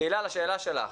תהלה, לשאלה שלך,